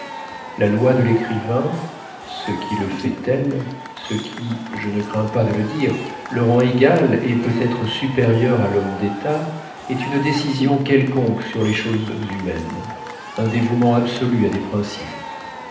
la loi de l'écrivain ce qui le fait tel ce qui je ne crains pas de le dire le rend égal et peut-être supérieur à l'homme d'état est une décision quelconque sur les choses humaines un dévouement absolu à des principes